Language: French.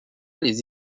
les